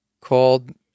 called